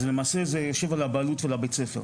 זה למעשה יושב על הבעלות של בית הספר.